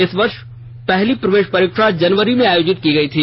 इस वर्ष पहली प्रवेश परीक्षा जनवरी में आयोजित की गई थी